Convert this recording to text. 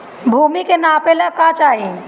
भूमि के नापेला का चाही?